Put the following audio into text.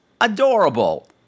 Adorable